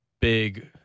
big